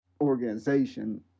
organization